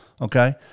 Okay